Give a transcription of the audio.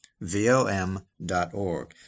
VOM.org